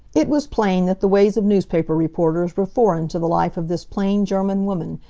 it was plain that the ways of newspaper reporters were foreign to the life of this plain german woman,